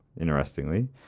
interestingly